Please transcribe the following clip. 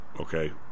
Okay